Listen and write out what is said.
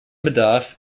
bedarf